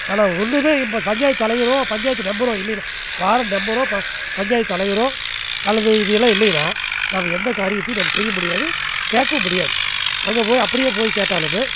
ஆனால் ஒன்றுமே இப்போ பஞ்சாயத்து தலைவரோ பஞ்சாயத்து மெம்பரோ இல்லைன்னால் வார்டு மெம்பரோ ப பஞ்சாயத்து தலைவரோ அல்லது இவங்கலாம் இல்லைன்னா நம்ம எந்த காரியத்தையும் நம்ம செய்ய முடியாது கேட்கவும் முடியாது அங்கே போய் அப்படியே போய் கேட்டாலுமே